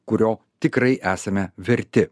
kurio tikrai esame verti